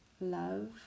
love